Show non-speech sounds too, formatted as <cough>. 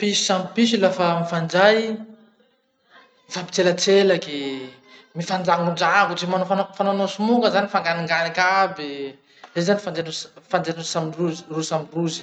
<noise> Piso samby piso lafa mifandray, mifampitselatselaky, mifandrangodrangotsy, manao fanao mifanao somonga zany mifanganinganiky aby. Zay zany fifan- fifandraisandrozy samy rozy, rozy samy rozy. <noise>